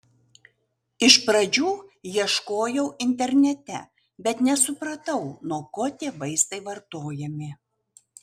iš pradžių ieškojau internete bet nesupratau nuo ko tie vaistai vartojami